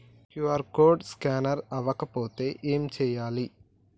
QR code scanner అవ్వకపోతే ఏం చేయాలి?